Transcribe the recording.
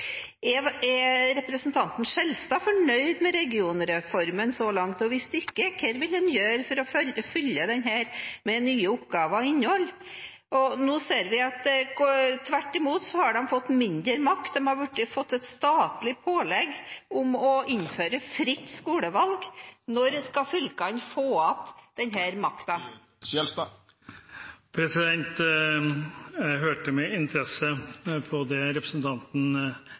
Er representanten Skjelstad fornøyd med regionreformen så langt, og hvis ikke, hva vil han gjøre for å fylle den med nye oppgaver og innhold? Nå ser vi at fylkene tvert imot har fått mindre makt, de har fått et statlig pålegg om å innføre fritt skolevalg. Når skal fylkene få igjen denne makten? Jeg hørte med interesse på det representanten